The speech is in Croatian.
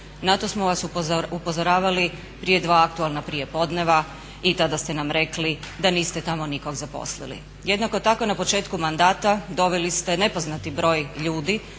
Na to smo vas upozoravali prije dva aktualna prijepodneva i tada ste nam rekli da niste tamo nikog zaposlili. Jednako tako na početku mandata doveli ste nepoznati broj ljudi